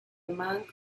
monk